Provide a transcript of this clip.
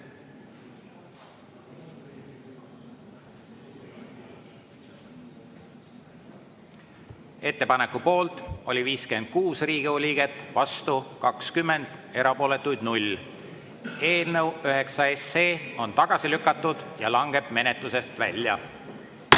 ettepaneku poolt oli 41 Riigikogu liiget, vastu 15, erapooletuid 0. Eelnõu 21 on tagasi lükatud ja langeb menetlusest välja.